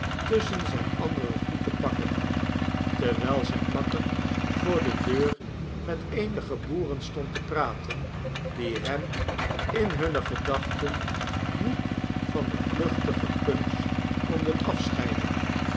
tusschen zijn ander goed te pakken terwijl zijn makker voor de deur met eenige boeren stond te praten die hem in hunne gedachten niet van den kluchtigen punch konden afscheiden